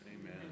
Amen